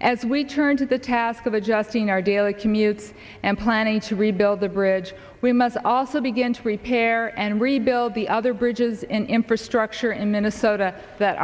as we turn to the task of adjusting our daily commutes and planning to rebuild the bridge we must also begin to prepare and rebuild the other bridges in infrastructure in minnesota that